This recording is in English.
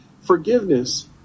forgiveness